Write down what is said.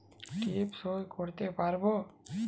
টিপ সই করতে পারবো?